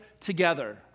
together